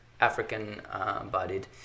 African-bodied